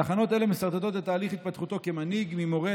תחנות אלה מסרטטות את תהליך התפתחותו כמנהיג: מורה,